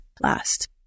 last